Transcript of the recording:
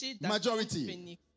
Majority